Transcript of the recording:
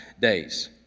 days